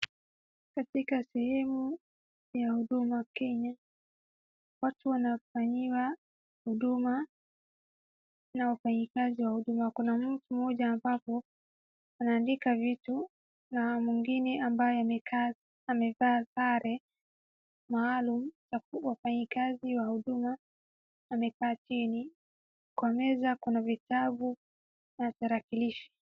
Katika sehemu ya huduma kenya watu wanafanyiwa huduma na wafanyakazi wa huduma. Kuna mtu mmoja ambapo anaandika vitu na mwingine amekaa amevaa sare maalum ya wafanyikazi wa huduma amekaa chini. Kwa meza kuna vitabu na tarakilishi.